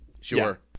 Sure